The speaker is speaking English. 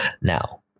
Now